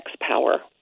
power